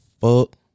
fuck